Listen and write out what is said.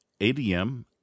ADM